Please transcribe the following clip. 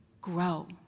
grow